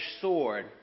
sword